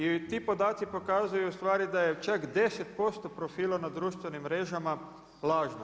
I ti podaci pokazuju ustvari da je čak 10% profila na društvenim mrežama lažna.